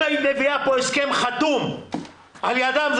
אם הסכם דמי המחלה שלך אומר שאתה משלם גם על היום הראשון,